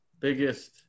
Biggest